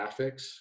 Graphics